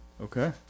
Okay